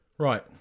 Right